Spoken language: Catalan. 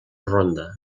ronda